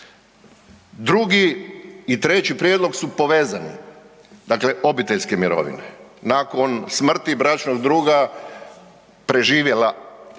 Drugi i treći prijedlog su povezani, dakle obiteljske mirovine. Nakon smrti bračnog druga preživjela